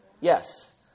Yes